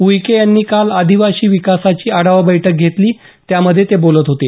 उईके यांनी काल आदिवासी विकासाची आढावा बैठक घेतली त्यावेळी ते बोलत होते